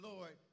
Lord